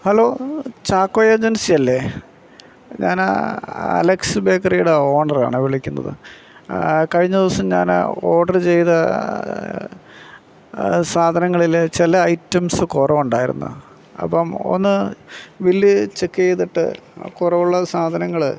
hello Chacko agency അല്ലേ ഞാൻ Alex ബേക്കറീടെ ഓണറാണ് വിളിക്കുന്നത് കഴിഞ്ഞ ദിവസം ഞാൻ ഓഡറ് ചെയ്ത സാധനങ്ങളിൽ ചില ഐറ്റംസ് കുറവുണ്ടായിരുന്നു അപ്പം ഒന്ന് ബില്ല് ചെക്ക് ചെയ്തിട്ട് കുറവുള്ള സാധനങ്ങൾ